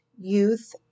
youth